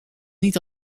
niet